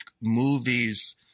movies